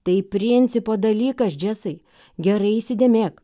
tai principo dalykas džesai gerai įsidėmėk